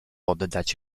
oddać